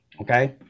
okay